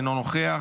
אינו נוכח,